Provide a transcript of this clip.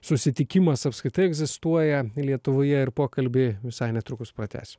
susitikimas apskritai egzistuoja lietuvoje ir pokalbį visai netrukus pratęsim